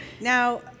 Now